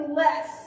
less